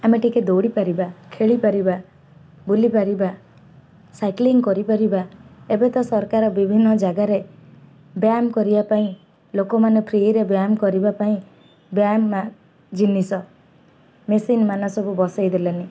ଆମେ ଟିକେ ଦୌଡ଼ିପାରିବା ଖେଳିପାରିବା ବୁଲିପାରିବା ସାଇକ୍ଲିଂ କରିପାରିବା ଏବେ ତ ସରକାର ବିଭିନ୍ନ ଜାଗାରେ ବ୍ୟାୟାମ କରିବା ପାଇଁ ଲୋକମାନେ ଫ୍ରିରେ ବ୍ୟାୟାମ କରିବା ପାଇଁ ବ୍ୟାୟାମ ଜିନିଷ ମେସିନ୍ ମାନ ସବୁ ବସେଇ ଦେଲେଣି